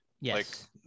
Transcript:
Yes